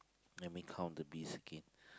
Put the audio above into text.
let me count the bees again